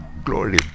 glory